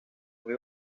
muy